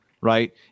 right